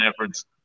efforts